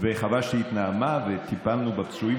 וחבשתי את נעמה וטיפלנו בפצועים.